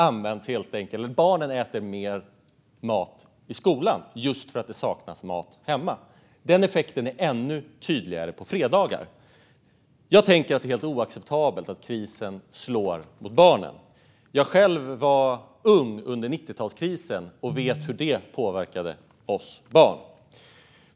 Barnen äter mer mat i skolan just för att det saknas mat hemma, och effekten är ännu tydligare på fredagar. Jag tänker att det är helt oacceptabelt att krisen slår mot barnen. Jag själv var ung under 90-talskrisen och vet hur den påverkade oss barn.